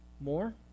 more